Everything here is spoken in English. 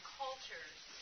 cultures